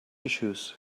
issues